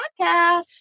podcast